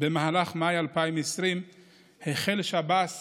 במהלך מאי 2020 החל שב"ס